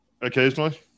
occasionally